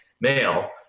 male